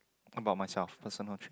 about myself personal trait